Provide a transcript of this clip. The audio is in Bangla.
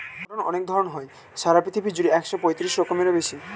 কটন অনেক ধরণ হয়, সারা পৃথিবী জুড়ে একশো পঁয়ত্রিশ রকমেরও বেশি